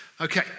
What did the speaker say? Okay